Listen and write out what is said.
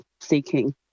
seeking